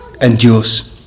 endures